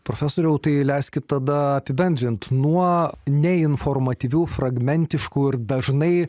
profesoriau tai leiskit tada apibendrint nuo neinformatyvių fragmentiškų ir dažnai